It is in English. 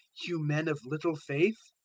you men of little faith?